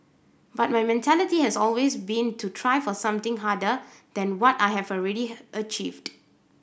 but my mentality has always been to try for something harder than what I have already achieved